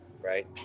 right